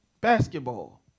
basketball